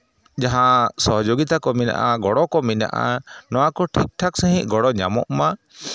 ᱡᱟᱦᱟᱸ ᱥᱚᱦᱚᱡᱳᱜᱤᱛᱟ ᱠᱚ ᱢᱮᱱᱟᱜᱼᱟ ᱜᱚᱲᱚ ᱠᱚ ᱢᱮᱱᱟᱜᱼᱟ ᱱᱚᱣᱟᱠᱚ ᱴᱷᱤᱠ ᱴᱷᱟᱠ ᱥᱟᱺᱦᱤᱡ ᱜᱚᱲᱚ ᱧᱟᱢᱚᱜ ᱢᱟ